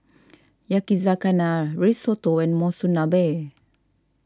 Yakizakana Risotto and Monsunabe